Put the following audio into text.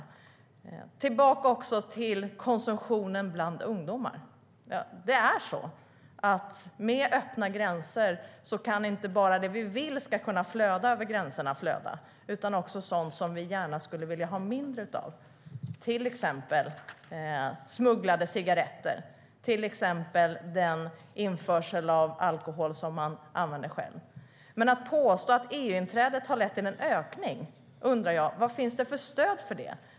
Låt mig komma tillbaka till konsumtionen bland ungdomar. Med öppna gränser kan inte bara det vi vill ha flöda över gränserna utan också sådant som vi gärna skulle vilja ha mindre av, till exempel smugglade cigaretter eller alkohol som man använder själv. Men om man påstår att EU-inträdet har lett till en ökning undrar jag vad det finns för stöd för det.